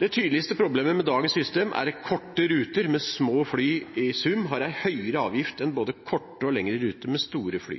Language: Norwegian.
Det tydeligste problemet med dagens system er at korte ruter med små fly i sum har en høyere avgift enn både korte og lengre ruter med store fly.